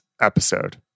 episode